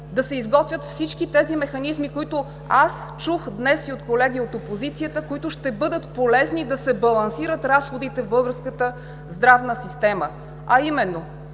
да се изготвят всички тези механизми, които аз днес чух и от колеги от опозицията, които ще бъдат полезни – да се балансират разходите в българската здравна система, а именно: